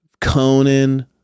Conan